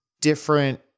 different